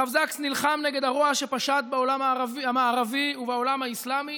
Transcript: הרב זקס נלחם נגד הרוע שפשט בעולם המערבי ובעולם האסלאמי